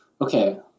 okay